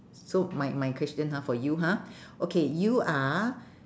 so my my question ha for you ha okay you are